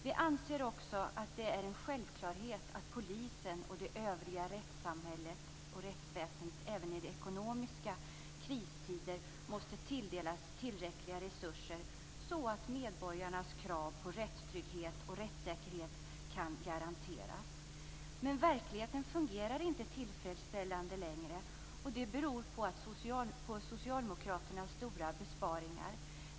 Vi anser också att det är en självklarhet att polisen och det övriga rättsväsendet även i ekonomiska kristider måste tilldelas tillräckliga resurser så att medborgarnas krav på rättstrygghet och rättssäkerhet kan garanteras. Men verkligheten fungerar inte tillfredsställande längre, och det beror på socialdemokraternas stora besparingar.